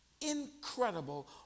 incredible